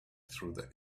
through